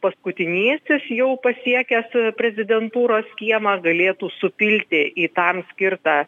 paskutinysis jau pasiekęs prezidentūros kiemą galėtų supilti į tam skirtą